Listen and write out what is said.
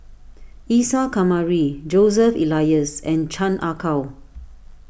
Isa Kamari Joseph Elias and Chan Ah Kow